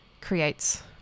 creates